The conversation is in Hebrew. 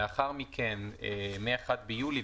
לאחר מכן מ-1 ביולי,